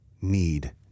need